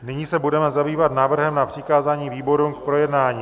Nyní se budeme zabývat návrhem na přikázání výborům k projednání.